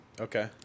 Okay